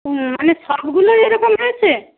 হুম মানে সবগুলোই এরকম হয়েছে